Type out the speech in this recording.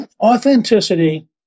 authenticity